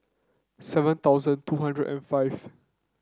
seven thousand two hundred and five